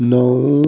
नौ